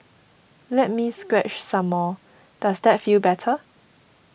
let me scratch some more does that feel better